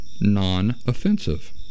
non-offensive